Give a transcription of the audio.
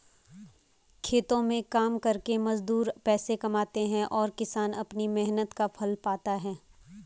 खेतों में काम करके मजदूर पैसे कमाते हैं और किसान अपनी मेहनत का फल पाता है